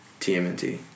TMNT